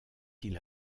ils